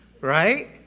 right